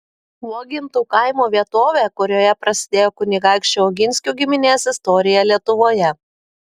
uogintų kaimo vietovę kurioje prasidėjo kunigaikščių oginskių giminės istorija lietuvoje